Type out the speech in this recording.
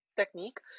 technique